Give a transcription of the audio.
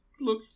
look